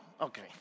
Okay